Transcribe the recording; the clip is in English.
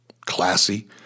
classy